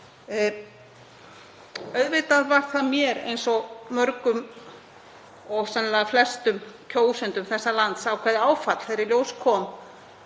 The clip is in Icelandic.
Auðvitað var það mér eins og mörgum og sennilega flestum kjósendum þessa lands ákveðið áfall þegar í ljós kom